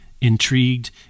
intrigued